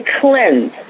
cleanse